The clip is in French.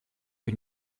que